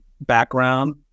background